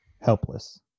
helpless